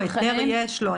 לא, היתר יש לו.